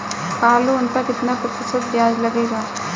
Car loan पर कितना प्रतिशत ब्याज लगेगा?